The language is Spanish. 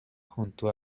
junto